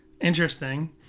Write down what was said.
Interesting